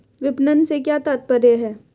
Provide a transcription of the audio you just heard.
विपणन से क्या तात्पर्य है?